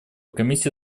комиссия